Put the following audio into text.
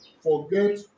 Forget